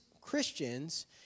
Christians